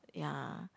ya